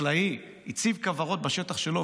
חקלאי שהציב כוורות בשטח שלו,